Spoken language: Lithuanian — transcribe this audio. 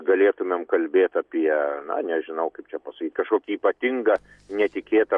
galėtumėm kalbėt apie na nežinau kaip čia pasakyt kažkokį ypatingą netikėtą